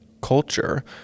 culture